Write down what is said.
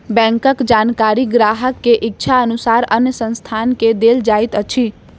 बैंकक जानकारी ग्राहक के इच्छा अनुसार अन्य संस्थान के देल जाइत अछि